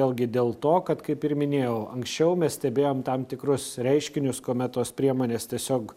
vėlgi dėl to kad kaip ir minėjau anksčiau mes stebėjom tam tikrus reiškinius kuomet tos priemonės tiesiog